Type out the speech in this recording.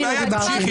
אין בעיה, תמשיכי.